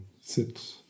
sit